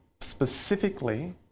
specifically